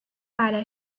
على